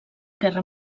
guerra